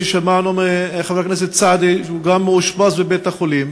ששמענו מחבר הכנסת סעדי שהוא גם מאושפז בבית-החולים.